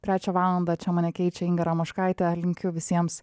trečią valandą čia mane keičia inga ramoškaitė linkiu visiems